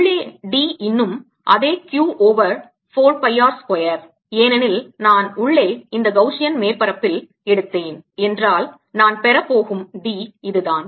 உள்ளே D இன்னும் அதே Q over 4 pi r square ஏனெனில் நான் உள்ளே இந்த கௌசியன் மேற்பரப்பில் எடுத்தேன் என்றால் நான் பெறப்போகும் D இதுதான்